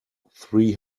three